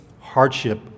hardship